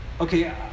Okay